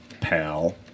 pal